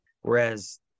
Whereas